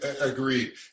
agreed